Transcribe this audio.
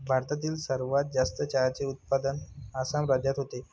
भारतातील सर्वात जास्त चहाचे उत्पादन आसाम राज्यात होते